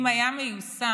אם היה מיושם,